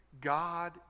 God